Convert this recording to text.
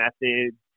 methods